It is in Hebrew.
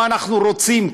מה אנחנו רוצים,